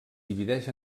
divideix